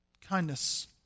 kindness